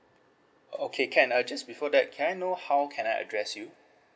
okay can uh just before that can I know how can I address you